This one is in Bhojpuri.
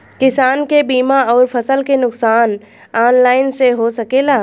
किसान के बीमा अउर फसल के नुकसान ऑनलाइन से हो सकेला?